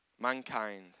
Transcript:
Mankind